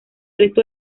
resto